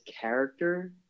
character